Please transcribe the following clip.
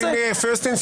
זה לפי The first in,